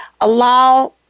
Allow